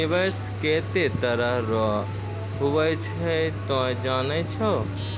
निवेश केतै तरह रो हुवै छै तोय जानै छौ